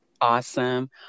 Awesome